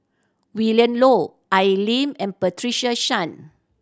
Willin Low Al Lim and Patricia Chan